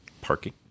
Parking